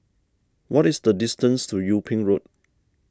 what is the distance to Yung Ping Road